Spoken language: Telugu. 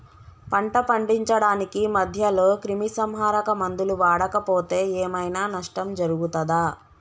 పంట పండించడానికి మధ్యలో క్రిమిసంహరక మందులు వాడకపోతే ఏం ఐనా నష్టం జరుగుతదా?